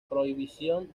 prohibición